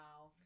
Wow